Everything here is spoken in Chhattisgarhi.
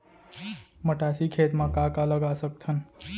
मटासी खेत म का का लगा सकथन?